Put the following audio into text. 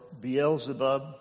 Beelzebub